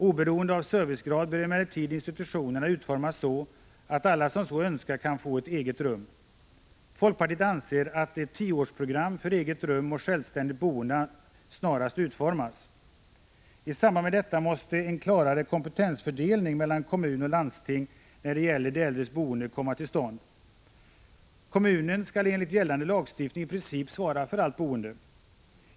Oberoende av servicegrad bör emellertid institutionerna utformas så att alla som så önskar kan få ett eget rum. Folkpartiet anser att ett tioårsprogram för eget rum och självständigt boende snarast skall utformas. I samband med detta måste en klarare kompetensfördelning mellan kommun och landsting när det gäller de äldres boende komma till stånd. Kommunen skall enligt gällande lagstiftning i princip svara för allt boende.